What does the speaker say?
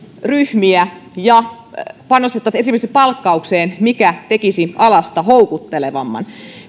ryhmiä ja panostamaan esimerkiksi palkkaukseen mikä tekisi alasta houkuttelevamman